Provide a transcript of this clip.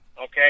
Okay